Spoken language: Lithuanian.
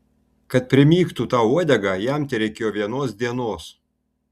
kad primygtų tau uodegą jam tereikėjo vienos dienos